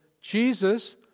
Jesus